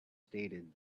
stated